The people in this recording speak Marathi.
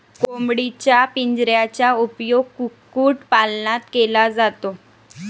कोंबडीच्या पिंजऱ्याचा उपयोग कुक्कुटपालनात केला जातो